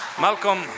Malcolm